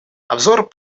обзор